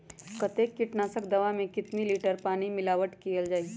कतेक किटनाशक दवा मे कितनी लिटर पानी मिलावट किअल जाई?